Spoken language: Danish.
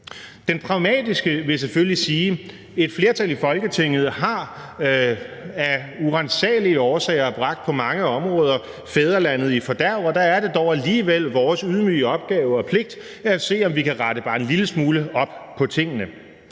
Den pragmatiske person vil selvfølgelig sige, at et flertal i Folketinget af uransagelige årsager har bragt fædrelandet i fordærv på mange områder, og der er det dog alligevel vores ydmyge opgave og pligt at se, om vi kan rette bare en lille smule op på tingene.